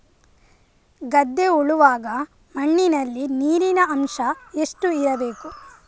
ಗದ್ದೆ ಉಳುವಾಗ ಮಣ್ಣಿನಲ್ಲಿ ನೀರಿನ ಅಂಶ ಎಷ್ಟು ಇರಬೇಕು?